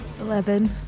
eleven